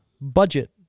Budget